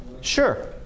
Sure